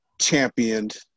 championed